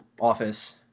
office